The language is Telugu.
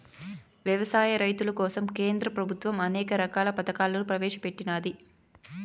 వ్యవసాయ రైతుల కోసం కేంద్ర ప్రభుత్వం అనేక రకాల పథకాలను ప్రవేశపెట్టినాది